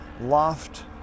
loft